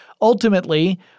Ultimately